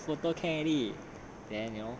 you know you just take photo can already